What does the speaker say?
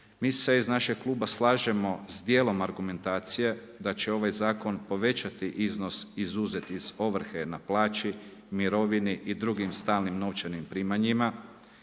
Mi se iz našeg kluba slažemo s dijelom argumentacije da će ovaj zakon povećati iznos izuzet iz ovrhe na plaći, mirovini i drugim stalnim novčanim primanjima